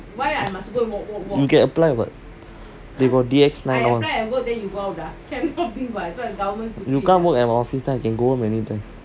you can apply what they got D_X nine all you come work at the office ah then I can go home anytime